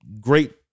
great